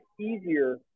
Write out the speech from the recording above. easier